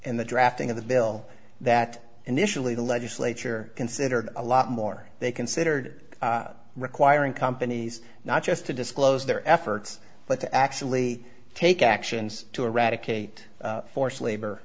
n the drafting of the bill that initially the legislature considered a lot more they considered requiring companies not just to disclose their efforts but to actually take actions to eradicate forced labor